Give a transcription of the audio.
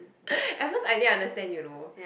at first I didn't understand you know